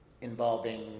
involving